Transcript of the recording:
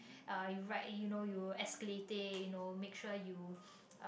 uh you write you know escalate it you know make sure you um